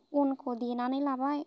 अनखौ देनानै लाबाय